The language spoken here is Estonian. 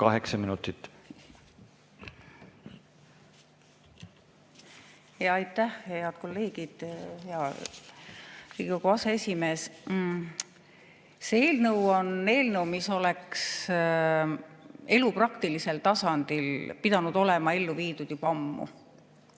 kaheksa minutit! Aitäh! Head kolleegid! Hea Riigikogu aseesimees! See eelnõu on eelnõu, mis oleks elu praktilisel tasandil pidanud olema ellu viidud juba ammu.